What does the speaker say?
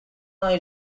now